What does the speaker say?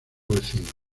vecinos